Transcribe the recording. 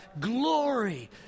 glory